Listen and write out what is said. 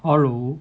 hello